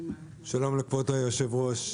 שלום לכבוד היו"ר,